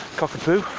cockapoo